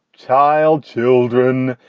child children.